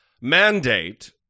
mandate